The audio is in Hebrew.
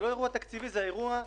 זה לא אירוע תקציבי, זה אירוע ביטוחי,